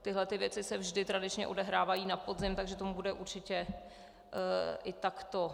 Tyto věci se vždy tradičně odehrávají na podzim, takže tomu bude určitě i takto.